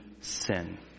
sin